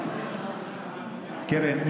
קרן,